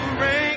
rain